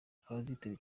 abazitabira